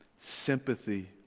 sympathy